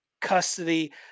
custody